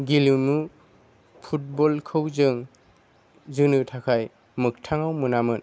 गेलेमु फुटबलखौ जों जोनो थाखाय मोखथाङाव मोनामोन